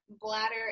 bladder